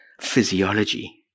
physiology